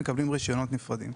ומקבלות רישיונות נפרדים.